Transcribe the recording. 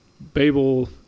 Babel